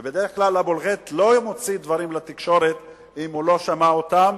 ובדרך כלל אבו אל-רייט לא מוציא דברים לתקשורת אם הוא לא שמע אותם,